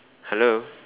hello